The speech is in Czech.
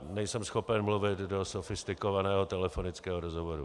Nejsem schopen mluvit do sofistikovaného telefonického rozhovoru.